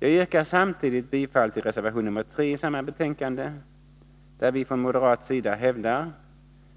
Jag yrkar samtidigt bifall till reservation nr 3 i samma betänkande, där vi från moderat sida hävdar